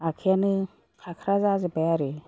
आखाइआनो फाख्रा जाजोबबाय आरो